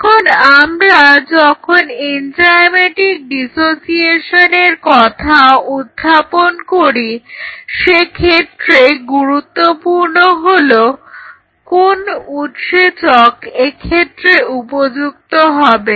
এখন আমরা যখন এনজাইমেটিক ডিসোসিয়েশনের কথা উত্থাপন করি সেক্ষেত্রে গুরুত্বপূর্ণ হলো কোন উৎসেচক এক্ষেত্রে উপযুক্ত হবে